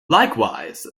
likewise